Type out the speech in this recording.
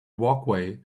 walkway